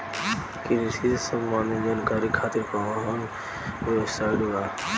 कृषि से संबंधित जानकारी खातिर कवन वेबसाइट बा?